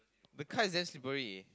the car is damn slippery